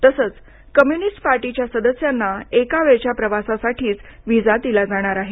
तसंच कम्युनिस्ट पार्टींच्या सदस्यांना एका वेळच्या प्रवासासाठीच व्हिसा दिला जाणार आहे